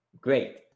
great